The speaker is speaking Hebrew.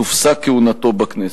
תופסק כהונתו בכנסת.